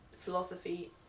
philosophy